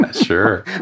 Sure